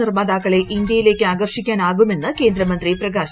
നിർമ്മാതാക്കളെ ഇന്ത്യിയിലേക്ക് ആകർഷിക്കാനാകുമെന്ന് കേന്ദ്രമന്ത്രി പ്രകാശ് ജാവ്ദേക്കർ